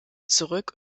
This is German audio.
zurück